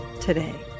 today